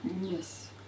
Yes